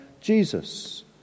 Jesus